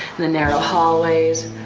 the narrow hallways.